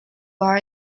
bar